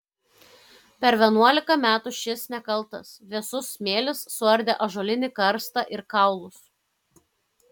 per vienuolika metų šis nekaltas vėsus smėlis suardė ąžuolinį karstą ir kaulus